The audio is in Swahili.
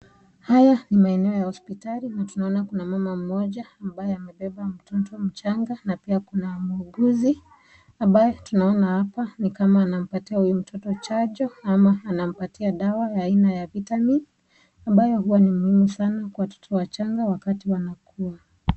Haya ni maeneo ya hospitali na tunaona kuna mama mmoja ambaye amebeba mtoto mchanga. Na pia kuna muuguzi ambaye tunaona hapa ni kama anampatia huyu mtoto chanjo ama anampatia dawa aina ya vitamin ambayo huwa ni muhimu sana kwa watoto wachanga wakati wanakua.